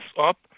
up